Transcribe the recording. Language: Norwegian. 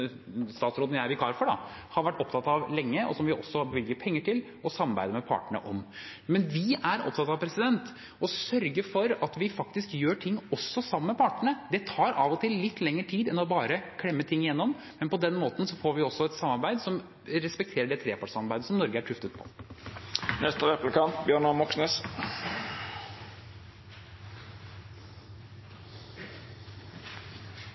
vi også bevilger penger til og samarbeider med partene om. Vi er opptatt av å sørge for at vi faktisk gjør ting også sammen med partene. Det tar av og til litt lengre tid enn bare å klemme ting gjennom, men på den måten får vi også et samarbeid som respekterer trepartssamarbeidet som Norge er tuftet på.